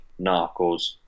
narcos